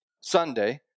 Sunday